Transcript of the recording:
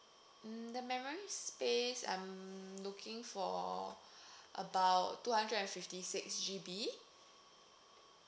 mm the memory space I'm looking for about two hundred and fifty six G_B